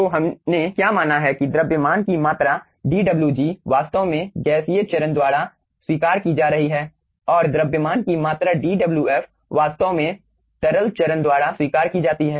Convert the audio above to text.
तो हमने क्या माना है कि द्रव्यमान की मात्रा dwg वास्तव में गैसीय चरण द्वारा स्वीकार की जा रही है और द्रव्यमान की मात्रा dwf वास्तव में तरल चरण द्वारा स्वीकार की जाती है